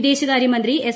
വിദേശകാരൃമന്ത്രി എസ്